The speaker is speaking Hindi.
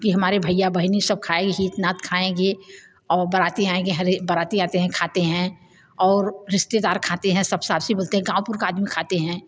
कि हमारे भैया बहनें सब खाएंगे ही इतना तो खाएंगे और बराती आएंगे हर बराती आते हैं खाते हैं और रिश्तेदार खाते हैं सब शाबाशी बोलते हैं गाँव भर के आदमी खाते हैं